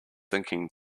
thinking